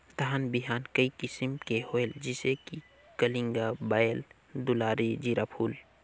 धान बिहान कई किसम के होयल जिसे कि कलिंगा, बाएल दुलारी, जीराफुल?